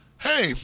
hey